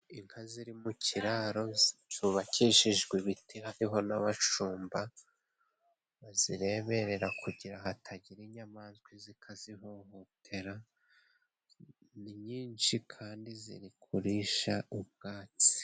Inka ziri mu kiraro cyubakishijwe ibiti, hariho n'abashumba bazireberera kugira hatagira inyamaswa iza ikazihohotera, ni nyinshi kandi ziri kurisha ubwatsi.